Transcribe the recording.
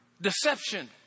Deception